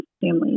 family